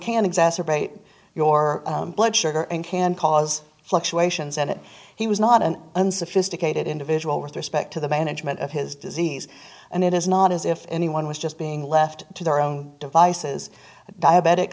can exacerbate your blood sugar and can cause fluctuations and it he was not an unsophisticated individual with respect to the management of his disease and it is not as if anyone was just being left to their own devices diabetic